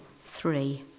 three